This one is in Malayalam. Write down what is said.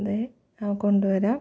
അതെ ആ കൊണ്ടുവരാം